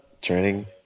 Training